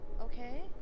Okay